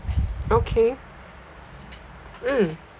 okay mm